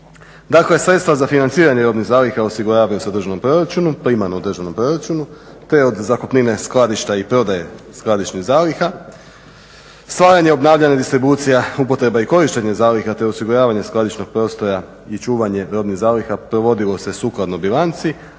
Dakle, sredstva za financiranje robnih zaliha osiguravaju se u državnom proračunu, primarno u državnom proračunu, te od zakupnine skladišta i prodaje skladišnih zaliha, stvaranje, obnavljanje, distribucija, upotreba i korištenje zaliha, te osiguravanje skladišnog prostora i čuvanje robnih zaliha provodilo se sukladno bilanci,